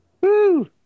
Woo